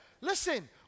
Listen